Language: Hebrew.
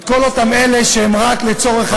את כל אותם אלה שהם רק לצורך העניין,